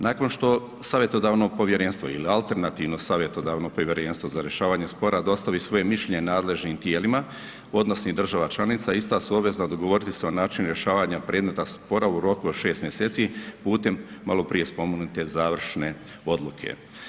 Nakon što savjetodavno povjerenstvo ili alternativno savjetodavno povjerenstvo za rješavanje spora dostavi svoje mišljenje nadležnim tijelima odnosno svih država članica, ista su obvezna dogovoriti se o načinu rješavanja predmeta spora u roku od 6 mjeseci putem malo prije spomenute završne odluke.